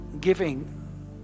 giving